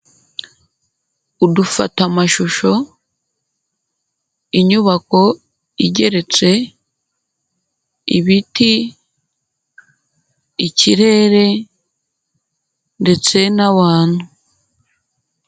Udufata mashusho, inyubako igeretse, ibiti, ikirere ndetse n'abantu.